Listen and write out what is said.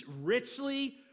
richly